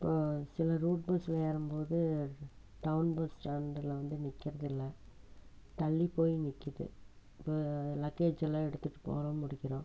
இப்போது சில ரூட் பஸ்ஸில் ஏறும்போது டவுன் பஸ் ஸ்டாண்டில் வந்து நிற்கிறதுல்ல தள்ளி போய் நிக்குது இப்போ லக்கேஜ் எல்லாம் எடுத்துகிட்டு போகிறோம் முடிக்கிறோம்